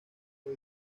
fue